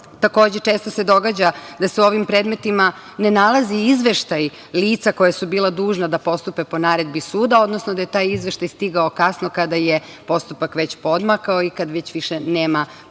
često se događa da se u ovim predmetima ne nalazi izveštaj lica koja su bila dužna da postupe po naredbi suda, odnosno da je taj izveštaj stigao kasno, kada je postupak već poodmakao i kad već više nema prostora